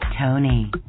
Tony